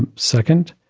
and second,